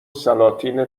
سلاطین